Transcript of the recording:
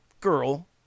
girl